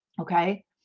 Okay